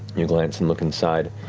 you glance and look inside.